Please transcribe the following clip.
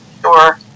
sure